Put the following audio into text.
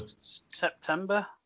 September